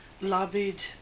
lobbied